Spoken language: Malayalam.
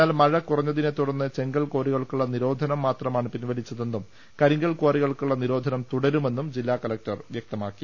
എന്നാൽ മഴ കുറഞ്ഞതിനെ തുടർന്ന് ചെങ്കൽ കാറികൾക്കുള്ള നിരോധനം മാത്രമാണ് പിൻവലിച്ച തെന്നും കരിങ്കൽ കാറികൾക്കുള്ള നിരോധനം തുടരുമെന്നും ജില്ലാ കലക്ടർ വ്യക്തമാക്കി